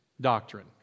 doctrine